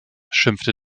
schimpfte